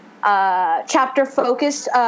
chapter-focused